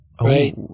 right